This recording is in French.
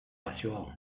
rassurant